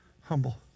Humble